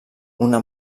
una